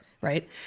right